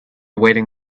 awaiting